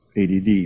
ADD